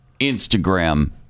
Instagram